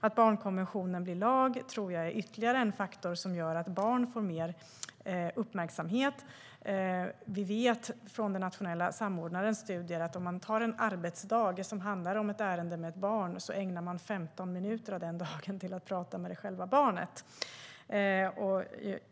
Att barnkonventionen blir lag tror jag är ytterligare en faktor som gör att barn får mer uppmärksamhet. Vi vet från den nationella samordnarens studier att om ett ärende handlar om barn ägnar man 15 minuter av arbetsdagen åt att prata med själva barnet.